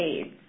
aids